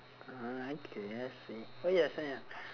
ah okay I see oh ya sayang